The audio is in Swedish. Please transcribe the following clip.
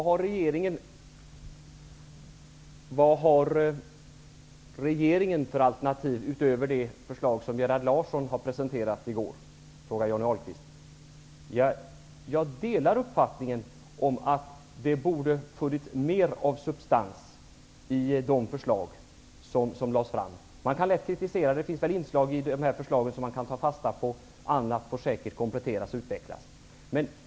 Herr talman! Vad har regeringen för alternativ utöver det förslag som Gerhard Larsson har presenterat i går? frågar Johnny Ahlqvist. Jag delar uppfattningen att det borde ha funnits mer av substans i de förslag som har lagts fram. Man kan lätt kritisera dem. Det finns väl inslag i dessa förslag som man kan ta fasta på och säkert komplettera och utveckla.